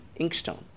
Inkstone